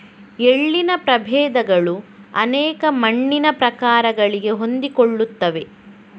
ಎಳ್ಳಿನ ಪ್ರಭೇದಗಳು ಅನೇಕ ಮಣ್ಣಿನ ಪ್ರಕಾರಗಳಿಗೆ ಹೊಂದಿಕೊಳ್ಳುತ್ತವೆ